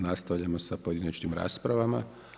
Nastavljamo sa pojedinačnim raspravama.